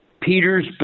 Peter's